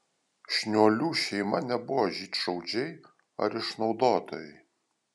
šniuolių šeima nebuvo žydšaudžiai ar išnaudotojai